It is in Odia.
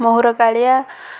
ମହୁୁରକାଳିଆ